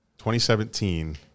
2017